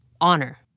honor